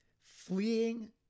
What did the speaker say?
fleeing